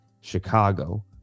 Chicago